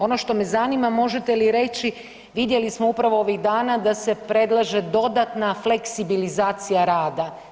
Ono što me zanima, možete li reći, vidjeli smo upravo ovih dana da se predlaže dodatna fleksibilizacija rada.